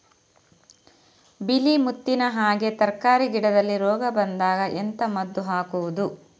ಬಿಳಿ ಮುತ್ತಿನ ಹಾಗೆ ತರ್ಕಾರಿ ಗಿಡದಲ್ಲಿ ರೋಗ ಬಂದಾಗ ಎಂತ ಮದ್ದು ಹಾಕುವುದು?